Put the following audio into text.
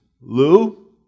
Lou